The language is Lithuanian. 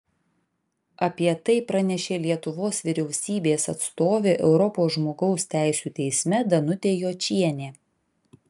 apie tai pranešė lietuvos vyriausybės atstovė europos žmogaus teisių teisme danutė jočienė